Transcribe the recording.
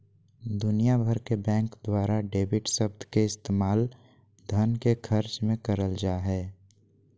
दुनिया भर के बैंक द्वारा डेबिट शब्द के इस्तेमाल धन के खर्च मे करल जा हय